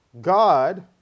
God